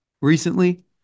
recently